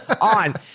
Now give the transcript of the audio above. on